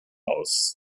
aus